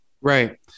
Right